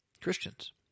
Christians